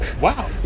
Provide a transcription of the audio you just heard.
wow